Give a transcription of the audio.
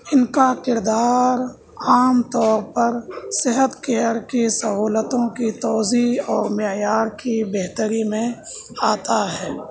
ان کا کردار عام طور پر صحت کیئر کی سہولتوں کی توضیع اور معیار کی بہتری میں آتا ہے